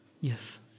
Yes